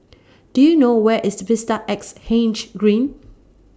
Do YOU know Where IS Vista Exhange Green